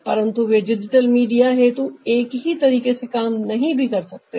परंतु वे digital media हेतु एक ही तरीके से काम नहीं भी कर सकते हैं